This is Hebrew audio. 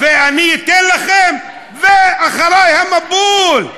ואני אתן לכם, ואחרי המבול,